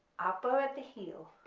upper at the heel,